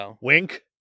Wink